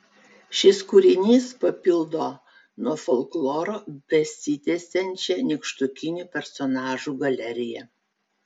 šis kūrinys papildo nuo folkloro besitęsiančią nykštukinių personažų galeriją